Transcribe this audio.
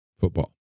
football